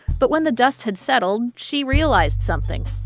but when the dust had settled, she realized something